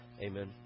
Amen